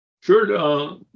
Sure